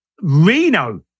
Reno